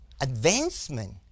advancement